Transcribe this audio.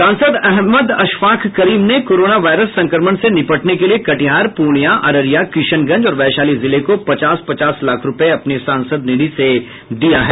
सांसद अहमद असफाक करीम ने corona virus संक्रमण से निपटने के लिए कटिहार पूर्णियां अररिया किशनगंज और वैशाली जिले को पचास पचास लाख रूपये अपने सांसद निधि से दिया है